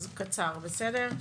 אז קצר, בסדר?